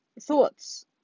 thoughts